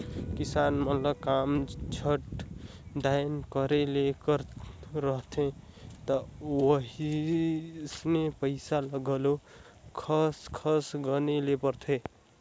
किसान मन ल काम झट दाएन करे ले रहथे ता वइसने पइसा ल घलो खस खस गने ले परथे